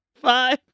five